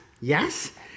yes